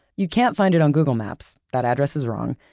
you can't find it on google maps, that address is wrong.